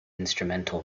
instrumental